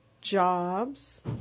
jobs